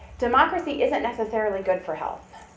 democracy isn't necessarily good for health.